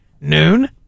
noon